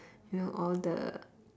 you know all the